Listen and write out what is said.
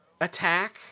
attack